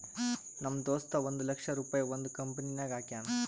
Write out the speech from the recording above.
ನಮ್ ದೋಸ್ತ ಒಂದ್ ಲಕ್ಷ ರುಪಾಯಿ ಒಂದ್ ಕಂಪನಿನಾಗ್ ಹಾಕ್ಯಾನ್